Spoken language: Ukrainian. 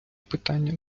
питання